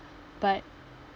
but